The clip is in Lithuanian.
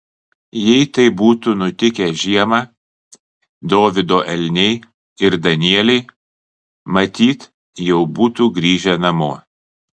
jei tai būtų nutikę žiemą dovydo elniai ir danieliai matyt jau būtų grįžę namo